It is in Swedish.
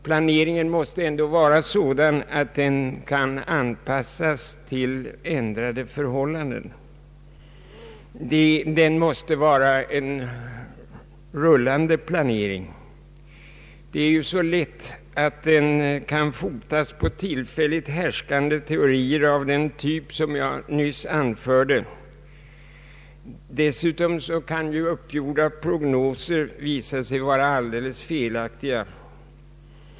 Planeringen måste ändå vara sådan att den kan anpassas till ändrade förhållanden. Den måste vara en rullande planering. Det är så lätt att den kan fotas på tillfälligt härskande teorier av den typ som jag nyss nämnde. Dessutom kan uppgjorda prognoser visa sig vara alldeles felaktiga.